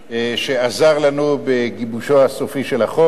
שעזר לנו בגיבושו הסופי של החוק.